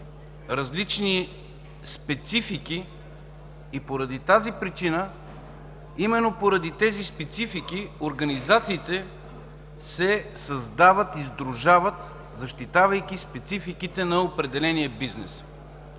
различни специфики и поради тази причина, именно поради тези специфики, организациите се създават и сдружават, защитавайки спецификите на определения бизнес.